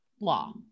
law